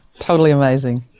totally amazing.